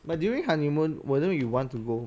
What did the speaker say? but during honeymoon wouldn't you want to go